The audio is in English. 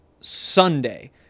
Sunday